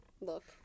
look